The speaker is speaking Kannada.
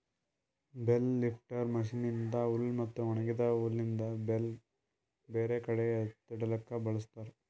ಬೇಲ್ ಲಿಫ್ಟರ್ ಮಷೀನ್ ಇಂದಾ ಹುಲ್ ಮತ್ತ ಒಣಗಿದ ಹುಲ್ಲಿಂದ್ ಬೇಲ್ ಬೇರೆ ಕಡಿ ಇಡಲುಕ್ ಬಳ್ಸತಾರ್